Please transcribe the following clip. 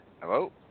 Hello